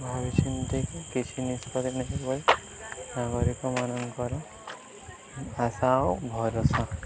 ଭାବିଚିନ୍ତି କି କିଛି ନିଷ୍ପତି ନେବେ ବୋଇଲେ ନାଗରିକମାନଙ୍କର ଆଶା ଆଉ ଭରସ